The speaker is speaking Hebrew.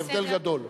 זה הבדל גדול.